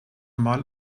mal